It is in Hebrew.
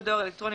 אלקטרוני,